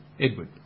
Edward